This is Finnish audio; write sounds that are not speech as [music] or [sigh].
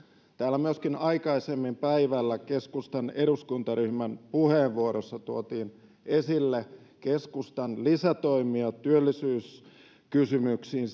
täällä myöskin aikaisemmin päivällä keskustan eduskuntaryhmän puheenvuorossa tuotiin esille keskustan lisätoimia työllisyyskysymyksiin [unintelligible]